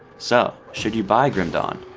so, should you buy grim dawn?